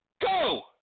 Go